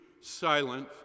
silent